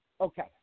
Okay